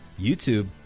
YouTube